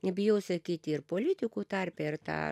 nebijau sakyti ir politikų tarpe ir tą